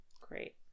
Great